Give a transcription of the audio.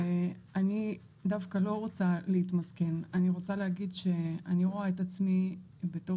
אני דווקא לא רוצה להתמסכן אני רוצה להגיד שאני רואה את עצמי בתור